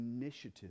initiative